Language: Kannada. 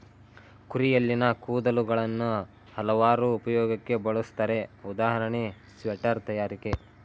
ಕುರಿಯಲ್ಲಿನ ಕೂದಲುಗಳನ್ನು ಹಲವಾರು ಉಪಯೋಗಕ್ಕೆ ಬಳುಸ್ತರೆ ಉದಾಹರಣೆ ಸ್ವೆಟರ್ ತಯಾರಿಕೆ